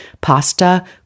pasta